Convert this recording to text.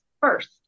first